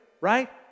right